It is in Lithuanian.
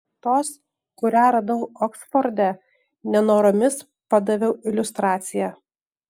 tos kurią radau oksforde nenoromis padaviau iliustraciją